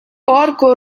porco